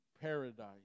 paradise